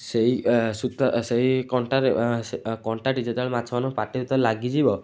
ସେଇ ସୂତା ସେଇ କଣ୍ଟାରେ କଣ୍ଟାଟି ଯେତେବେଳେ ମାଛମାନଙ୍କ ପାଟିରେ ଲାଗିଯିବ